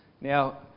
Now